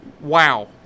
wow